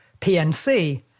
PNC